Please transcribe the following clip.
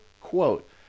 quote